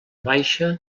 baixa